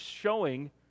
showing